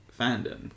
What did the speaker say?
fandom